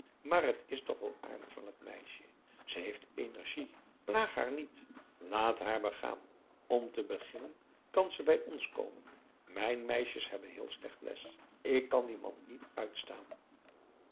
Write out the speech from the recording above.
maar het is toch wel aardig van het meisje ze heeft energie plaag haar niet laat haar begaan om te beginnen kan ze bij ons komen mijn meisjes hebben heel slecht les ik kan dien man niet uitstaan